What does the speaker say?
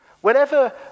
Whenever